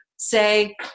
say